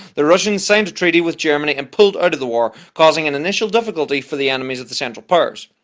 the russians signed a treaty with germany and pulled out of the war causing an initial difficulty for the enemies of the central powers.